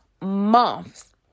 months